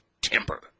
temper